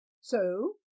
So